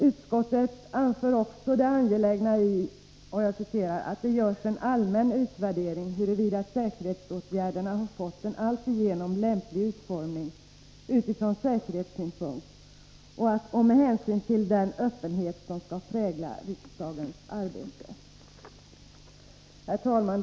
Utskottet anför också det angelägna i att det görs en ”allmän utvärdering huruvida säkerhetsåtgärderna har fått en alltigenom lämplig utformning utifrån säkerhetssynpunkter och med hänsyn till den öppenhet som skall prägla riksdagens arbete”. Herr talman!